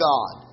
God